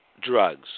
drugs